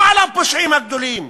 לא על הפושעים הגדולים,